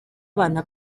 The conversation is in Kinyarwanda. abana